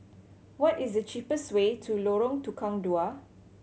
what is the cheapest way to Lorong Tukang Dua